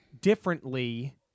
differently